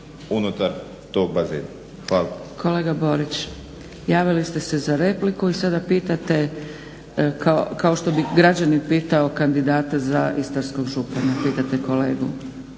unutar tog bazena? Hvala.